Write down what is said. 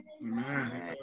Amen